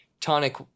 tonic